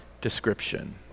description